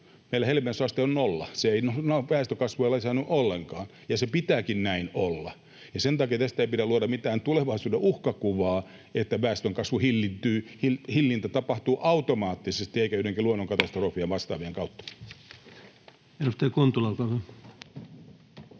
meillä hedelmällisyysaste on nolla, väestönkasvu ei lisäänny ollenkaan. Sen pitääkin olla näin. Ja sen takia tästä ei pidä luoda mitään tulevaisuuden uhkakuvaa. Väestönkasvun hillintä tapahtuu automaattisesti eikä joidenkin luonnonkatastrofien